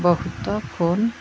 ବହୁତ ଫୋନ୍